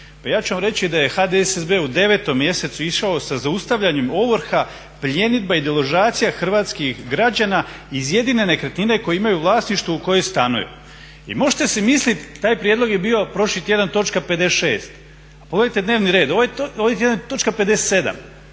Pa ja ću vam reći da je HDSSB u 9. mjesecu išao sa zaustavljanjem ovrha, pljenidba i deložacija hrvatskih građana iz jedine nekretnine koju imaju u vlasništvu u kojoj stanuju. I možete si misliti taj prijedlog je bio prošli tjedan točka 56. a pogledajte dnevni red, ovaj tjedan je točka 57.,